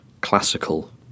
classical